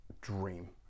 dream